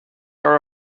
are